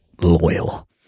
loyal